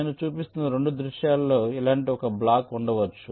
నేను చూపిస్తున్న 2 దృశ్యాలలో ఇలాంటి ఒక బ్లాక్ ఉండవచ్చు